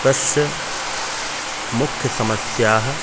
तस्य मुख्यसमस्या